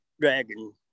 dragon